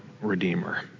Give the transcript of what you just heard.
redeemer